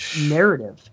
narrative